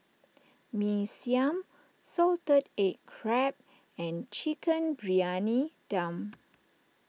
Mee Siam Salted Egg Crab and Chicken Briyani Dum